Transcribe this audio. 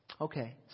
Okay